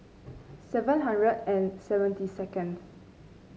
seven hundred and seventy seconds